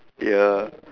ya